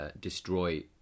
destroy